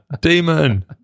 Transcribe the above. Demon